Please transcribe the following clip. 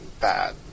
bad